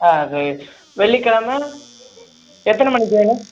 ஆ சரி வெள்ளிக் கெழம எத்தனை மணிக்கு வேணும்